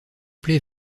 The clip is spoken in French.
plait